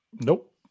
Nope